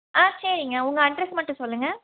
on சரிங்க உங்கள் address மட்டும் சொல்லுங்கள்